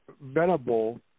Venable